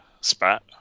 spat